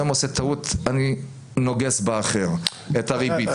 היום מישהו עושה טעות ואני נוגס באחר עם ריבית;